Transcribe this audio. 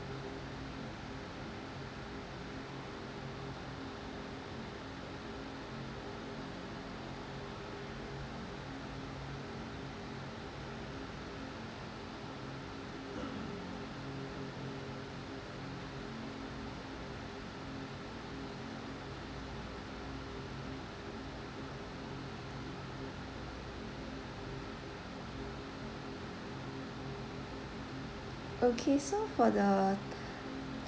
okay so for the